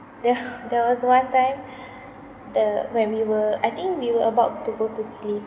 there was one time the when we were I think we were about to go to sleep